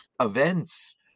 events